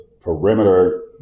perimeter